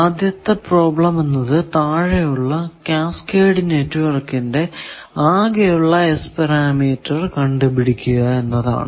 ആദ്യത്തെ പ്രോബ്ലം എന്നത് താഴെ ഉള്ള കാസ്കേഡ് നെറ്റ്വർക്കിന്റെ ആകെ ഉള്ള S പാരാമീറ്റർ കണ്ടു പിടിക്കുക എന്നതാണ്